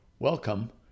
Welcome